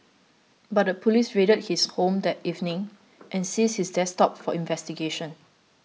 but the police raided his home that evening and seized his desktop for investigation